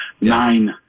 nine